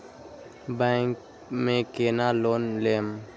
Bank में केना loan लेम?